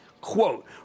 Quote